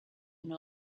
and